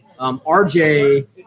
RJ